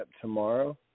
tomorrow